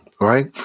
right